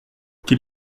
quel